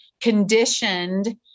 conditioned